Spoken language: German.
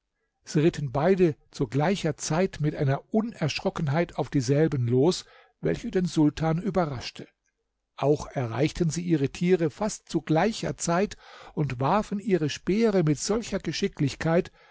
sie ritten beide zu gleicher zeit mit einer unerschrockenheit auf dieselben los welche den sultan überraschte auch erreichten sie ihre tiere fast zu gleicher zeit und warfen ihre speere mit solcher geschicklichkeit